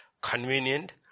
convenient